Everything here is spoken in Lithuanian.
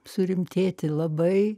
surimtėti labai